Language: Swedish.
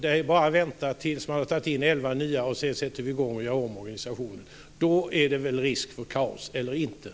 Det är bara är att vänta tills vi har tagit in elva nya medlemmar och sedan sätter vi i gång och gör om organisationen. Då är det väl risk för kaos, eller hur?